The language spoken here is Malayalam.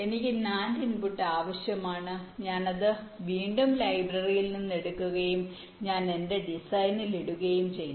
എനിക്ക് NAND ഇൻപുട്ട് ആവശ്യമാണ് ഞാൻ അത് വീണ്ടും ലൈബ്രറിയിൽ നിന്ന് എടുക്കുകയും ഞാൻ അത് എന്റെ ഡിസൈനിൽ ഇടുകയും ചെയ്തു